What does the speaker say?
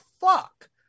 fuck